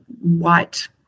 white